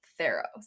theros